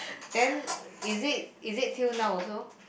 then is it is it till now also